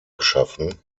geschaffen